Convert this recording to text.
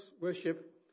worship